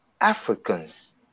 africans